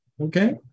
okay